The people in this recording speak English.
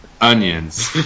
Onions